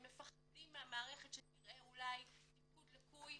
הם מפחדים מהמערכת שתראה אולי תפקוד לקוי,